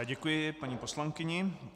Děkuji paní poslankyni.